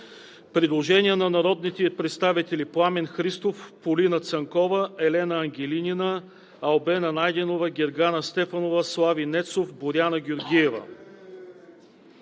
Предложение на народните представители Пламен Христов, Полина Цанкова, Елена Ангелинина, Албена Найденова, Гергана Стефанова, Слави Нецов, Боряна Георгиева.